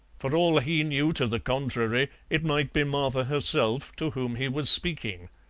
for all he knew to the contrary, it might be martha herself to whom he was speaking.